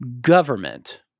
government